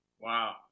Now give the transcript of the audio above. Wow